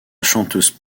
chanteuse